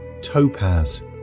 topaz